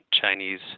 Chinese